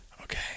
Okay